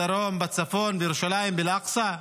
בדרום, בצפון, בירושלים באל-אקצא.